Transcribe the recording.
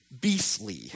beastly